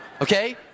Okay